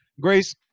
Grace